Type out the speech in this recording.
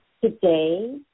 today